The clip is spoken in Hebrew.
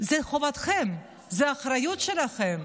עדיין זו חובתכם, זו האחריות שלכם.